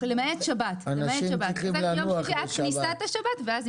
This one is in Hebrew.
אנשים צריכים לנוח בשבת.